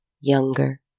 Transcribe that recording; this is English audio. younger